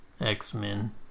X-Men